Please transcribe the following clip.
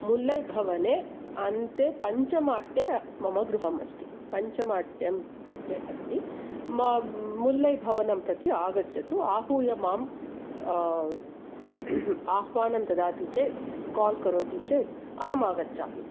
मुल्लै भवने अन्ते पञ्चमाट्टे मम गृहम् अस्ति पञ्चम अट्टेम् अट्टे अस्ति म मुल्लै भवनं प्रति आगच्छतु आहूय मां आह्वानं ददाति चेत् कोल् करोति चेत् अहमागच्छामि